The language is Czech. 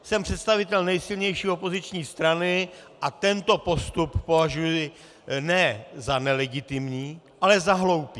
Jsem představitel nejsilnější opoziční strany a tento postup považuji ne za nelegitimní, ale za hloupý.